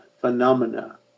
phenomena